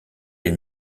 elle